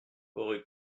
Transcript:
rue